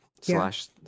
Slash